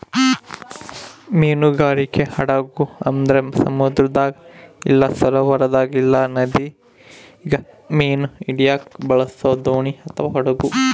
ಮೀನುಗಾರಿಕೆ ಹಡಗು ಅಂದ್ರ ಸಮುದ್ರದಾಗ ಇಲ್ಲ ಸರೋವರದಾಗ ಇಲ್ಲ ನದಿಗ ಮೀನು ಹಿಡಿಯಕ ಬಳಸೊ ದೋಣಿ ಅಥವಾ ಹಡಗು